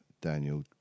Daniel